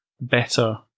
better